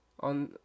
on